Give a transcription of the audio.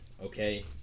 Okay